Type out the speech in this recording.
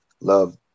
Love